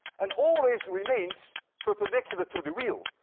and always remains perpendicular to the wheel.